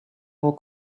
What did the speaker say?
more